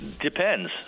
Depends